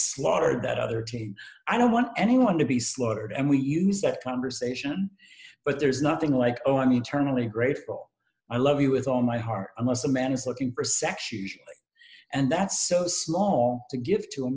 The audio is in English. slaughtered at other team i don't want anyone to be slaughtered and we use that conversation but there's nothing like oh i'm eternally grateful i love you with all my heart muscle man is looking for sex usually and that's so small to give to a